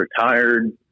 retired